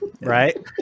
right